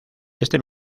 este